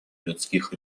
людских